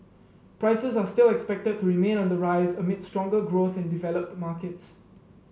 prices are still expected to remain on the rise amid stronger growth in developed markets